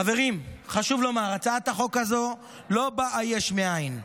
חברים, חשוב לומר, הצעת החוק הזאת לא באה יש מאין.